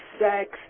sex